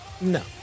No